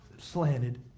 slanted